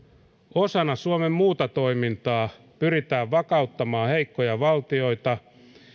osana suomen muuta toimintaa pyritään vakauttamaan heikkoja valtioita